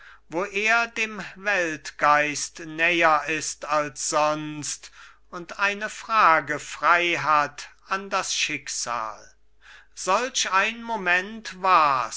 wo er dem weltgeist näher ist als sonst und eine frage frei hat an das schicksal solch ein moment wars